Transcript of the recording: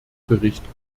bericht